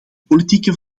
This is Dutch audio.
politieke